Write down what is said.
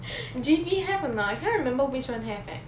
G_V have or not I can't remember which one have eh